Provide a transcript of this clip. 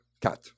cat